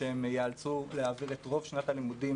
כשהם ייאלצו להעביר את רוב שנת הלימודים,